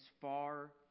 far